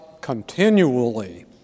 continually